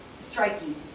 striking